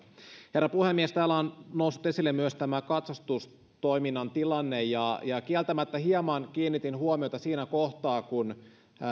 herra puhemies täällä on noussut esille myös tämä katsastustoiminnan tilanne ja ja kieltämättä hieman kiinnitin huomiota siinä kohtaa kun